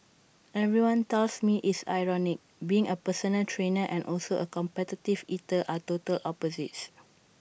everyone tells me it's ironic being A personal trainer and also A competitive eater are total opposites